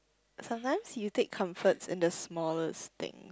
sometimes you take comfort in the smallest thing